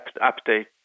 update